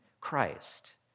Christ